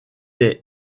est